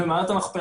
זה לכולם.